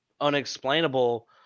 unexplainable